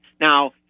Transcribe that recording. Now